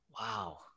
Wow